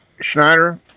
Schneider